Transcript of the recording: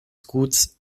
guts